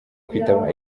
kwitaba